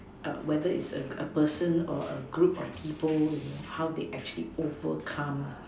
whether is a a person or a group of people you know how they actually overcome